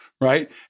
Right